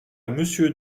monsieur